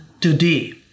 today